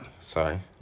Sorry